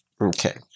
Okay